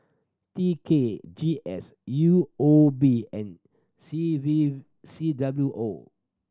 T K G S U O B and C V C W O